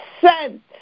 cent